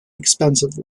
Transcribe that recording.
expensive